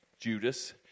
Judas